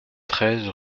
treize